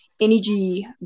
energy